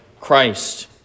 Christ